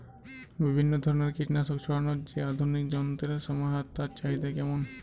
বিভিন্ন ধরনের কীটনাশক ছড়ানোর যে আধুনিক যন্ত্রের সমাহার তার চাহিদা কেমন?